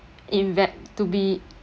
inve~ to be